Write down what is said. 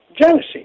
jealousy